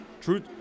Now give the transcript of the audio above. Truth